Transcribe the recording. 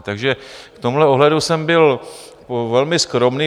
Takže v tomhle ohledu jsem byl velmi skromný.